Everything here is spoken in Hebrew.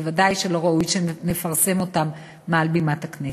ודאי שלא ראוי שנפרסם אותם מעל בימת הכנסת.